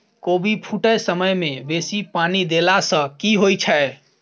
कोबी फूटै समय मे बेसी पानि देला सऽ की होइ छै?